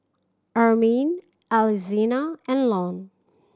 Armin Alexina and Lon